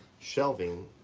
shelving,